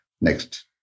Next